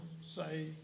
say